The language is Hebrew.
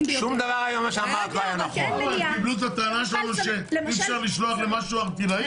ביותר- -- אי אפשר לשלוח למשהו ערטילאי.